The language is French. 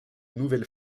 nouvelle